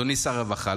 אדוני שר הרווחה,